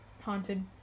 Haunted